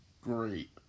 Great